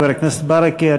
חבר הכנסת ברכה,